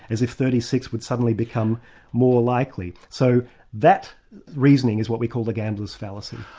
as if thirty six would suddenly become more likely. so that reasoning is what we call the gamblers' fallacy.